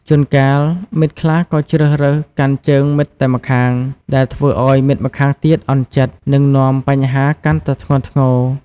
ជួនកាល មិត្តខ្លះក៏ជ្រើសរើសកាន់ជើងមិត្តតែម្ខាង ដែលធ្វើឲ្យមិត្តម្ខាងទៀតអន់ចិត្ត និងនាំបញ្ហាកាន់តែធ្ងន់ធ្ងរ។